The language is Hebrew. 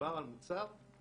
את הדלת לרווחה.